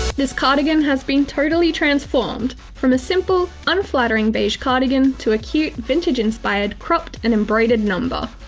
this cardigan has been totally transformed from a simple, unflattering beige cardigan to a cute, vintage-inspired, cropped and embroidered number!